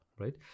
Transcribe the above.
right